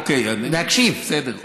אה, אוקיי, בסדר.